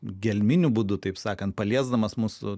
gelminiu būdu taip sakant paliesdamas mūsų